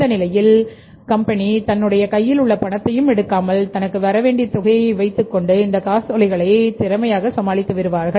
இந்தநிலையில் கம்பெனி தன்னுடைய கையில் உள்ள பணத்தையும் எடுக்காமல் தனக்கு வரவேண்டிய தொகையை வைத்து இந்த காசோலைகளை திறமையாக சமாளித்து விடுவார்கள்